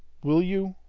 will you?